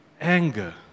anger